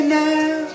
now